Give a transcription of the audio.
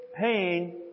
pain